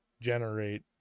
generate